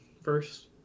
first